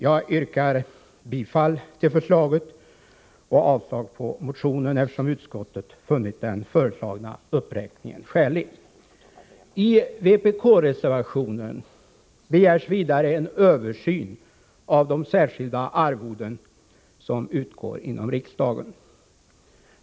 Jag yrkar bifall till förslaget och avslag på motionen, eftersom utskottet funnit den föreslagna uppräkningen skälig. I vpk-reservationen begärs vidare en översyn av de särskilda arvoden som utgår inom riksdagen.